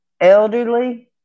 elderly